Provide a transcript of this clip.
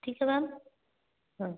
ठीक है मैम हाँ